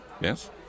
yes